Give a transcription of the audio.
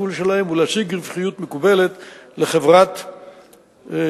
התפעול שלהם ולהציג רווחיות מקובלת לחברת התשתית,